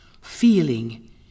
feeling